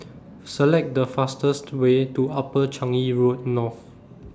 Select The fastest Way to Upper Changi Road North